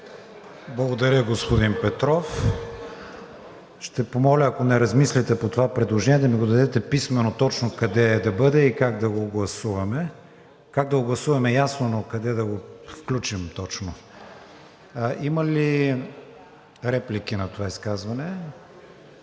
Благодаря, господин Петров. Ще помоля, ако не размислите по това предложение, да ми го дадете писмено точно къде да бъде и как да го гласуваме. Как да го гласуваме ясно, но къде да го включим точно? Има ли реплики на това изказване?